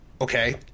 okay